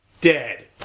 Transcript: dead